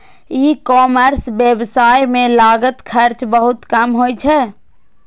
ई commerce व्यवसाय मे लागत खर्च बहुत कम होइ छै